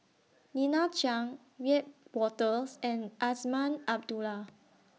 Lina Chiam Wiebe Wolters and Azman Abdullah